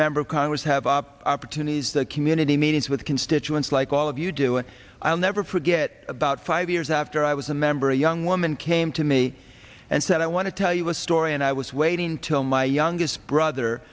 member of congress have opportunities the community meetings with constituents like all of you do and i'll never forget about five years after i was a member a young woman came to me and said i want to tell you a story and i was waiting till my youngest brother